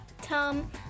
Tom